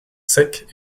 secs